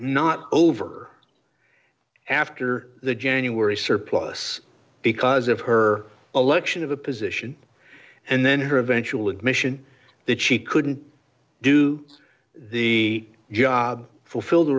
not over after the january surplus because of her election of a position and then her eventual admission that she couldn't do the job fulfill the